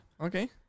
Okay